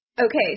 Okay